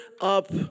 up